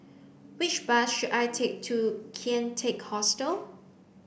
which bus should I take to Kian Teck Hostel